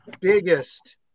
biggest